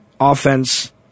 offense